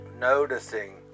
Noticing